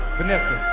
Vanessa